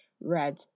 red